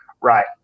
right